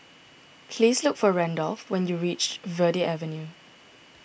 please look for Randolf when you reach Verde Avenue